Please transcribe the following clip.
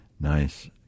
Nice